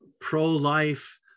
pro-life